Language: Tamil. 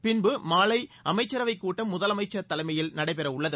பின்பு மாலை அமைச்சரவை கூட்டம் முதலமைச்சர் தலைமையில் நடைபெறவுள்ளது